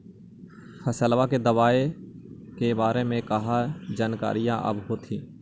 फसलबा के दबायें के बारे मे कहा जानकारीया आब होतीन?